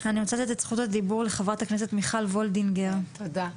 חברת הכנסת מיכל וולדיגר, בבקשה.